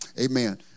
Amen